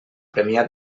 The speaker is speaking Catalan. premià